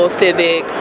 civic